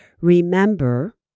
Remember